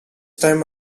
time